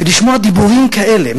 ולשמוע דיבורים כאלה,